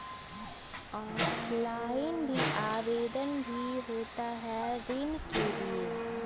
Offline भी आवेदन भी होता है ऋण के लिए?